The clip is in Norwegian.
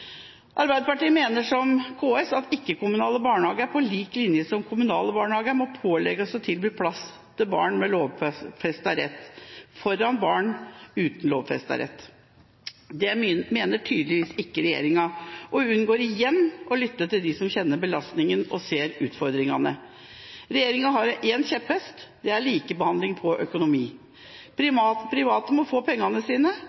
Arbeiderpartiet mener, som KS, at ikke-kommunale barnehager, på lik linje med kommunale barnehager, må pålegges å tilby plass til barn med lovfestet rett foran barn uten lovfestet rett. Det mener tydeligvis ikke regjeringa og unngår igjen å lytte til dem som kjenner belastningen og ser utfordringene. Regjeringa har én kjepphest, det er likebehandling i økonomi – private må få pengene sine.